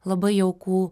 labai jauku